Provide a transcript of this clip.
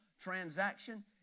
transaction